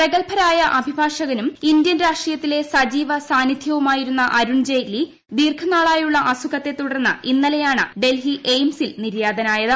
പ്രഗത്ഭനായ അഭിഭാഷകനും ഇന്ത്യൻ രാഷ്ട്രീയത്തിലെ സജീവ സാന്നിദ്ധ്യവുമായിരുന്ന ജെയ്റ്റ്ലി ദീർഘനാളിി്യുള്ള അസുഖത്തെ തുടർന്ന് ഇന്നലെയാണ് ഡൽഹി എയിംസിൽ നിര്യാത്യത്